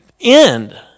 end